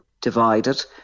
Divided